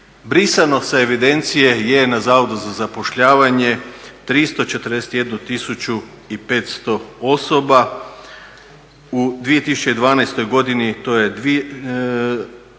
brisan sa evidencije je na Zavodu za zapošljavanje 341.500 osoba, u 2012.godini to je 109.000